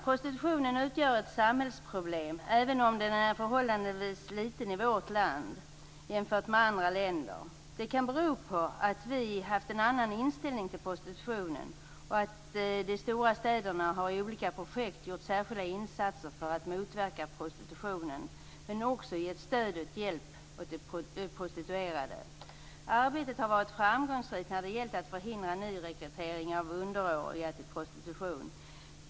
Prostitutionen utgör ett samhällsproblem även om den är förhållandevis liten i vårt land jämfört med andra länder. Det kan bero på att vi har haft en annan inställning till prostitution och på att de stora städerna genom olika projekt har gjort stora insatser för att motverka prostitution. Man har också gett stöd och hjälp åt de prostituerade. Arbetet har varit framgångsrikt när det har gällt att förhindra nyrekrytering av underåriga till prostitution.